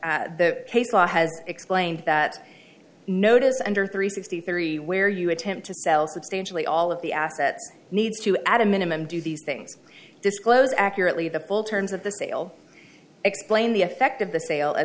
has explained that notice under three sixty three where you attempt to sell substantially all of the assets needs to add a minimum do these things disclose accurately the full terms of the sale explain the effect of the sale